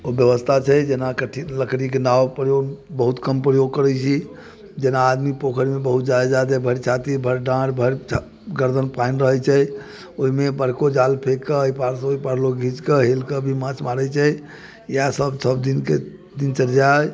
ओ व्यवस्था छै जेना कठिन लकड़ीके नाव प्रयोग बहुत कम प्रयोग करै छी जेना आदमी पोखरिमे बहुत ज्यादा भरि छाती भरि डाँढ़ भरि गरदनि पानि रहै छै ओहिमे बड़को जाल फेँकिके एहि पारसँ ओहि पार लोग घिचिके हेलके भी माछ मारै छै इएह सब सबदिनके दिनचर्या अइ